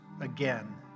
again